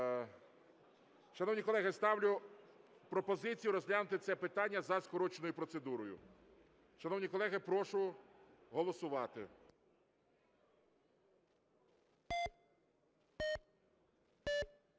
і спорту. Я пропоную розглянути це питання за скороченою процедурою. Шановні колеги, прошу голосувати.